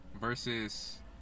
Versus